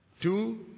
Two